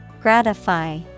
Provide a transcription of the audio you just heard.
Gratify